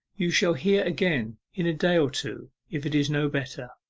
you shall hear again in a day or two, if it is no better.